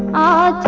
aa